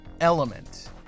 element